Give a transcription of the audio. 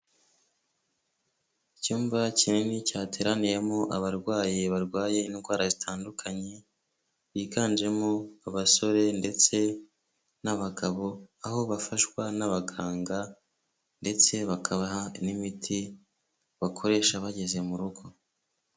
Iyumba kinini cyateraniyemo abarwayi barwaye indwara zitandukanye, biganjemo abasore ndetse n'abagabo, aho bafashwa n'abaganga ndetse n'imiti bakoresha bageze mu rugo.